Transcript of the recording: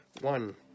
one